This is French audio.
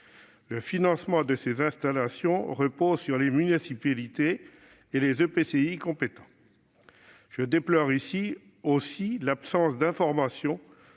Le financement de ces installations repose sur les municipalités et les EPCI compétents. Je déplore l'absence d'information,